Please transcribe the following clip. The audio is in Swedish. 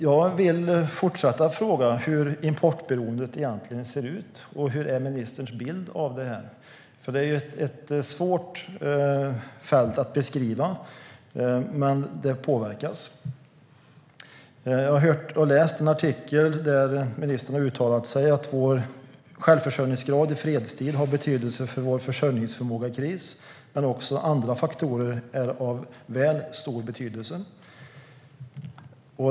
Jag vill fortsätta med frågan hur importberoendet egentligen ser ut och vilken bild ministern har av detta. Det är ett svårt fält att beskriva, men det påverkas. Jag har läst en artikel där ministern har uttalat sig om att vår självförsörjningsgrad i fredstid har betydelse för vår försörjningsförmåga i kris. Men också andra faktorer är av stor betydelse.